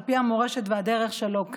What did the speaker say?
על פי המורשת והדרך שלו,